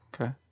Okay